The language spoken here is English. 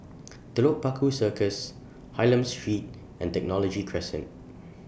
Telok Paku Circus Hylam Street and Technology Crescent